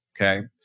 Okay